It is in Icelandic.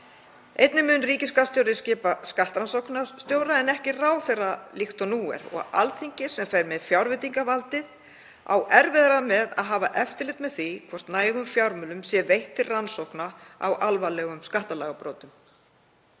Einnig mun ríkisskattstjóri skipa skattrannsóknarstjóra en ekki ráðherra líkt og nú er og Alþingi, sem fer með fjárveitingavaldið, á erfiðara með að hafa eftirlit með því hvort nægum fjármunum sé veitt til rannsókna á alvarlegum skattalagabrotum.